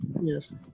Yes